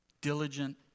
diligent